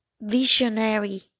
visionary